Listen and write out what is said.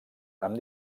amb